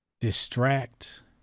distract